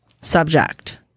Subject